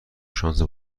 شانس